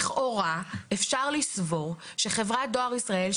לכאורה אפשר לסבור שחברת דואר ישראל,